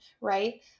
right